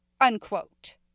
Unquote